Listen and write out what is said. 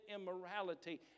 immorality